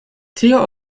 tio